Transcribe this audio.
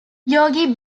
yogi